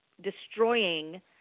destroying